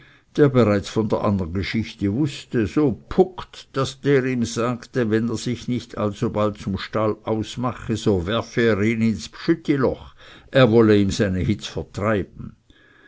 der bereits von der andern geschichte wußte so puckt daß der ihm sagte wenn er sich nicht alsobald zum stall aus mache so werfe er ihn ins bschüttiloch a wolle ihm seine hitz vertreiben